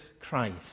Christ